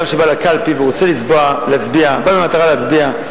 אדם שבא לקלפי ובא במטרה להצביע,